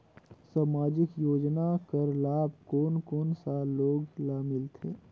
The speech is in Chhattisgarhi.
समाजिक योजना कर लाभ कोन कोन सा लोग ला मिलथे?